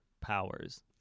powers